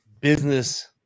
business